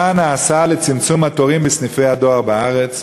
1. מה נעשה לצמצום התורים בסניפי הדואר בארץ?